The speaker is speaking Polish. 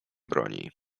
broni